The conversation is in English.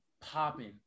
popping